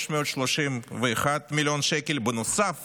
331 מיליון שקל נוסף